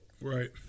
Right